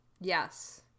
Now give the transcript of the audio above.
Yes